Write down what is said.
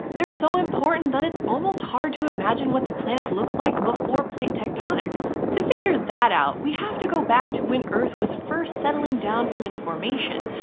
they're so important that it's almost hard to imagine what the planet looked like before plate tectonics. to figure that out, we have to go back to when earth was first settling down from its formation,